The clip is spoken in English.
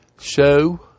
show